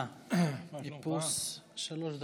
שלוש דקות.